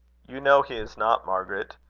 you know he is not, margaret.